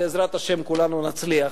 ובעזרת השם כולנו נצליח.